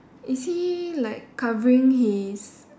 is he like covering his